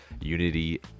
unity